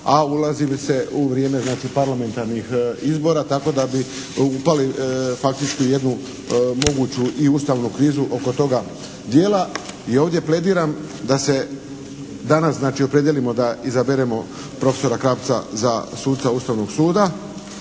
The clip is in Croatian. a ulazi li se u vrijeme znači parlamentarnih izbora, tako da bi upali faktički u jednu moguću i ustavnu krizu oko toga dijela i ovdje plediram da se danas znači opredijelimo da izaberemo prof. Krapca za suca Ustavnog suda